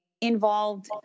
involved